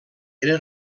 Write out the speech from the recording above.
era